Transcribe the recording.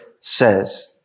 says